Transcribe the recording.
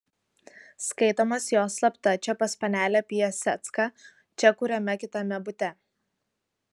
skaitomos jos slapta čia pas panelę piasecką čia kuriame kitame bute